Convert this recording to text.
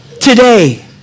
Today